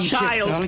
child